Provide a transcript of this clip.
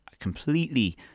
completely